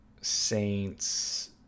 Saints